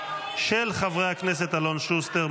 של חברי הכנסת אלון שוסטר,